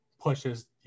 pushes